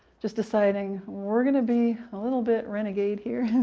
just deciding we're going to be a little bit renegade here.